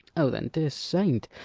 o, then, dear saint,